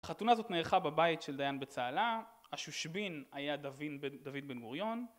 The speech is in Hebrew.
החתונה הזאת נערכה בבית של דיין בצהלה, השושבין היה דוד בן גוריון